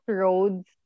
roads